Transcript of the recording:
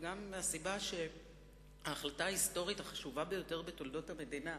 וגם מהסיבה שההחלטה ההיסטורית החשובה ביותר בתולדות המדינה,